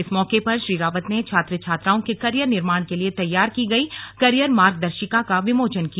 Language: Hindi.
इस मौके पर श्री रावत ने छात्र छात्राओं के कैरियर निर्माण के लिए तैयार की गई कैरियर मार्गदर्शिका का विमोचन किया